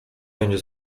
będzie